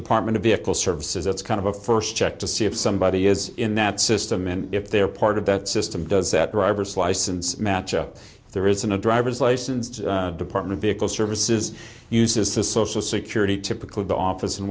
department of vehicle services it's kind of a first check to see if somebody is in that system and if they're part of that system does that driver's license match up there isn't a driver's license to department vehicle services uses the social security typically the office in